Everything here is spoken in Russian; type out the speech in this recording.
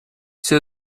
все